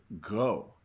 go